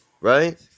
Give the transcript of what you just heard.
Right